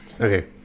Okay